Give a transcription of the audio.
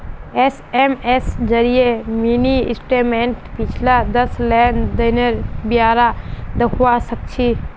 SMS जरिए mini स्टेटमेंटत पिछला दस लेन देनेर ब्यौरा दखवा सखछी